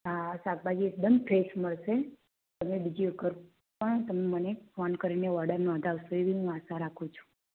હાં શાકભાજી એકદમ ફ્રેશ મળશે અને તમે બીજી વખત પણ તમે મને ફોન કરીને ઓર્ડર સેવિંગમાં રાખું છું